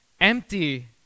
Empty